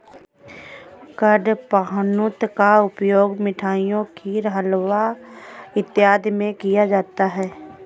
कडपहनुत का उपयोग मिठाइयों खीर हलवा इत्यादि में किया जाता है